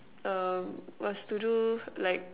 um was to do like